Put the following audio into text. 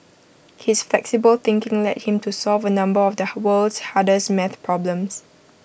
his flexible thinking led him to solve A number of the world's hardest math problems